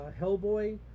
Hellboy